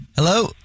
Hello